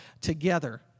together